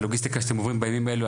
הלוגיסטיקה שאתם עוברים בימים האלו,